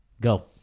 Go